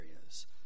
areas